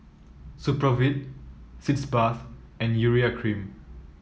Supravit Sitz Bath and Urea Cream